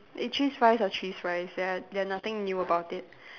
is cheese fries are cheese fries there are there are nothing new about it